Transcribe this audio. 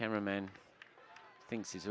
cameramen thinks he's